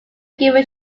given